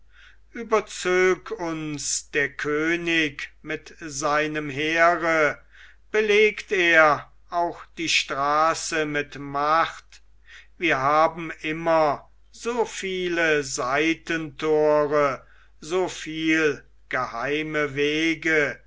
überzög uns der könig mit seinem heere belegt er auch die straße mit macht wir haben immer so viele seitentore so viel geheime wege